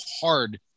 hard